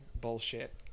bullshit